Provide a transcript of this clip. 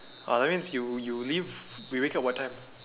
orh that means you you you leave you wake up what time